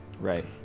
Right